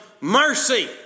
mercy